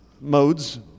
modes